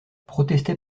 protestait